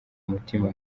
umutima